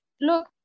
look